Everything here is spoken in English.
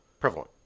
prevalent